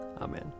Amen